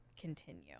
continue